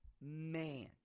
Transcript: man